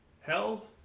Hell